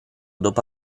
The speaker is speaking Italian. dopo